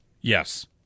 Yes